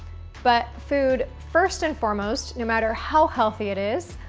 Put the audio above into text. but, food, first and foremost, no matter how healthy it is,